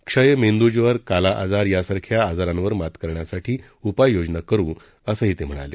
क्षय मेंद्रज्वर काला आजार यासारख्या आजारावर मात करण्यासाठी उपाययोजना करु असंही ते म्हणाले